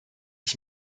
ich